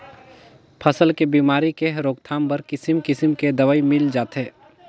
फसल के बेमारी के रोकथाम बर किसिम किसम के दवई मिल जाथे